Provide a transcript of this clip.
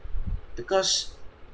because